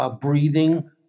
breathing